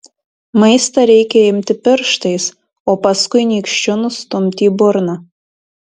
maistą reikia imti pirštais o paskui nykščiu nustumti į burną